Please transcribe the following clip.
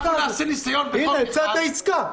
אנחנו נעשה ניסיון -- הנה, הצעת עסקה.